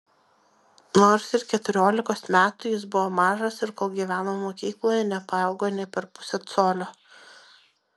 nors ir keturiolikos metų jis buvo mažas ir kol gyveno mokykloje nepaaugo nė per pusę colio